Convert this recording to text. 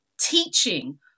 teaching